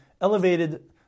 elevated